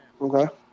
Okay